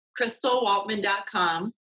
Crystalwaltman.com